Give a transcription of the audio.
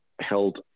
held